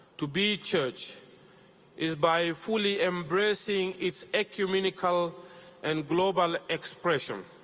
to be church is by fully embracing its ecumenical and global expression.